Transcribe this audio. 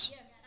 Yes